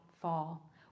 fall